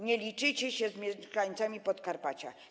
Nie liczycie się z mieszkańcami Podkarpacia.